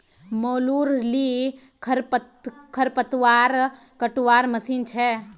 मोलूर ली खरपतवार कटवार मशीन छेक